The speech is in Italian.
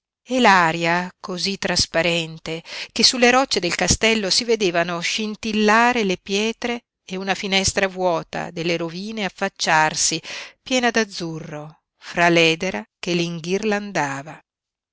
l'aria cosí trasparente che sulle rocce del castello si vedevano scintillare le pietre e una finestra vuota delle rovine affacciarsi piena d'azzurro fra l'edera che l'inghirlandava